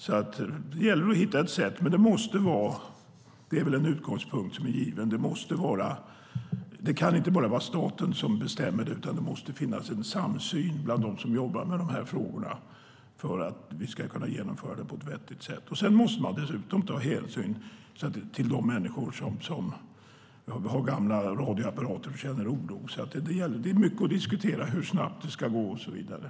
Det gäller att hitta ett sätt. Den givna utgångspunkten måste vara att det inte kan vara bara staten som ska bestämma utan det måste finnas en samsyn bland dem som jobbar med frågorna för att vi ska kunna genomföra digitaliseringen på ett vettigt sätt. Sedan måste vi också ta hänsyn till de människor som har gamla radioapparater och känner oro. Det är mycket att diskutera hur snabbt digitaliseringen ska gå och så vidare.